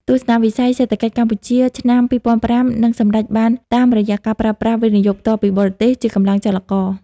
ទស្សនវិស័យសេដ្ឋកិច្ចកម្ពុជាឆ្នាំ ២០៥០ នឹងសម្រេចបានតាមរយៈការប្រើប្រាស់ វិនិយោគផ្ទាល់ពីបរទេស ជាកម្លាំងចលករ។